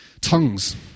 tongues